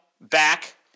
back